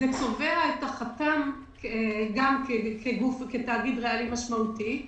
זה הופך את החתם לתאגיד ריאלי משמעותי,